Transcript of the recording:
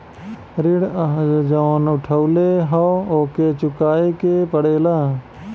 ऋण जउन उठउले हौ ओके चुकाए के पड़ेला